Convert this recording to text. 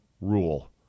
rule